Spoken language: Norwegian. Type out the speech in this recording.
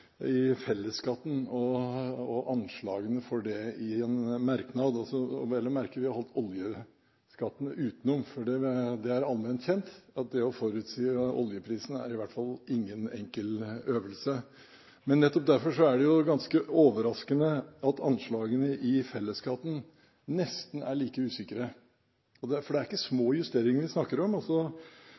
i fellesskatten og anslagene for det i en merknad – vi har vel å merke holdt oljeskattene utenom, for det er allment kjent at det å forutsi oljeprisen i hvert fall ikke er noen enkel øvelse. Men nettopp derfor er det ganske overraskende at anslagene i fellesskatten nesten er like usikre, for det er ikke små justeringer vi snakker om. Justeringene i fellesskatten for Fastlands-Norge, altså